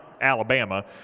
Alabama